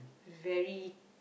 very